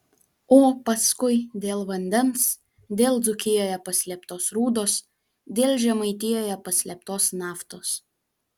o paskui dėl vandens dėl dzūkijoje paslėptos rūdos dėl žemaitijoje paslėptos naftos